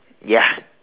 ya